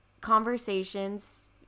conversations